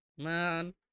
Man